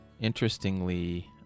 interestingly